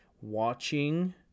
watching